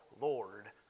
lord